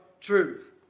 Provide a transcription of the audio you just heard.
truth